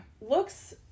looks